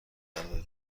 دادیم